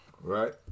Right